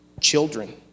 children